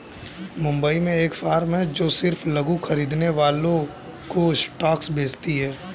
मुंबई में एक फार्म है जो सिर्फ लघु खरीदने वालों को स्टॉक्स बेचती है